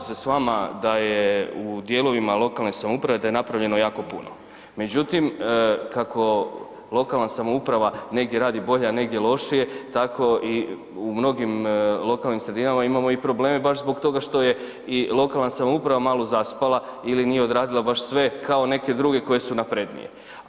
Slažem se s vama da je u dijelovima lokalne samouprave da je napravljeno jako puno, međutim kako lokalna samouprava negdje radi bolje, negdje lošije tako i u mnogim lokalnim sredinama imamo probleme baš zbog toga što je i lokalna samouprava malo zaspala ili nije odradila baš sve kao neke druge koje su naprednije.